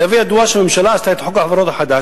להווי ידוע שהממשלה עשתה את חוק החברות החדש,